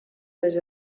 les